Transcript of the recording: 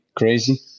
crazy